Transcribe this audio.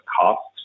costs